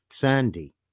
sandy